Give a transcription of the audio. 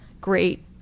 great